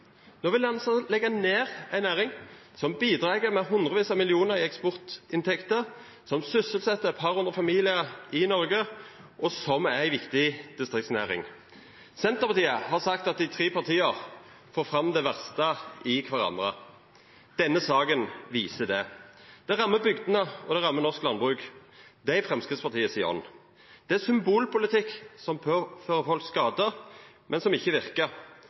vil ein altså leggja ned ei næring som bidreg med hundrevis av millionar i eksportinntekter, som sysselset eit par hundre familiar i Norge, og som er ei viktig distriktsnæring. Senterpartiet har sagt at dei tre partia får fram det verste i kvarandre. Denne saka viser det. Det rammar bygdene, og det rammer norsk landbruk – det er i Framstegspartiets ånd. Det er symbolpolitikk som påfører folk skade, men som ikkje verkar